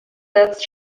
setzt